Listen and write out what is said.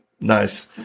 Nice